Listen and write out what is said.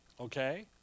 okay